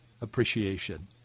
appreciation